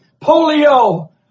polio